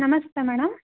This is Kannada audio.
ನಮಸ್ತೆ ಮೇಡಮ್